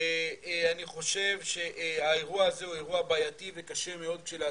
אני חושב שהאירוע הזה הוא אירוע בעייתי וקשה מאוד כשלעצמו.